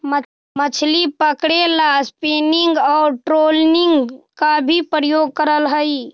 मछली पकड़े ला स्पिनिंग और ट्रोलिंग का भी प्रयोग करल हई